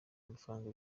mafaranga